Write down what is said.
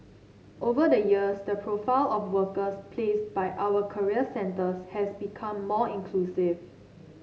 over the years the profile of workers placed by our career centres has become more inclusive